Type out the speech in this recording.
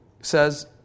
says